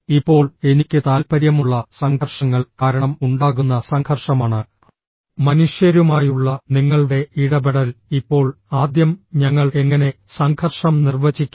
ഇപ്പോൾ എനിക്ക് താൽപ്പര്യമുള്ള സംഘർഷങ്ങൾ കാരണം ഉണ്ടാകുന്ന സംഘർഷമാണ് മനുഷ്യരുമായുള്ള നിങ്ങളുടെ ഇടപെടൽ ഇപ്പോൾ ആദ്യം ഞങ്ങൾ എങ്ങനെ സംഘർഷം നിർവചിക്കും